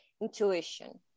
intuition